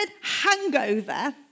hangover